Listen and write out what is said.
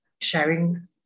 sharing